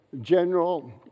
General